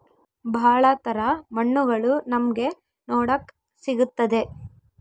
ಭಾಳ ತರ ಮಣ್ಣುಗಳು ನಮ್ಗೆ ನೋಡಕ್ ಸಿಗುತ್ತದೆ